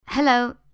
Hello